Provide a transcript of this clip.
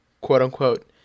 quote-unquote